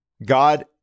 God